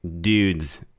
dudes